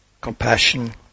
compassion